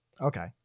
Okay